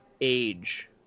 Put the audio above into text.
age